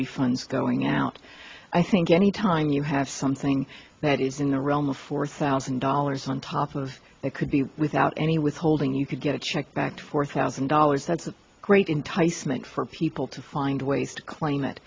refunds going out i think any time you have something that is in the realm of four thousand dollars on top of that could be without any withholding you could get a check back to four thousand dollars that's a great enticement for people to find ways to claim